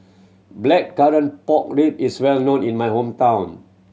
blackcurrant pork rib is well known in my hometown